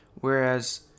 whereas